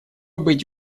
быть